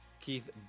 keith